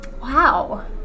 Wow